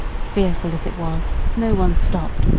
fearful as it was, no one stopped,